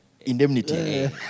Indemnity